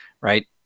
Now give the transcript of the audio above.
right